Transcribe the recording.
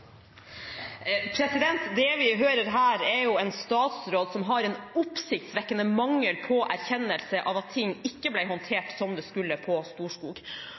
en statsråd som har en oppsiktsvekkende mangel på erkjennelse av at ting på Storskog ikke ble håndtert som det skulle.